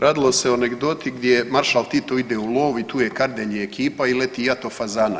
Radilo se o anegdoti gdje maršal Tito ide u lov i tu je Kardelj i ekipa i leti jato fazana.